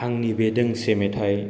आंनि बे दोंसे मेथाय